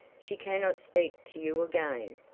she cannot speak to you again,